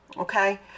Okay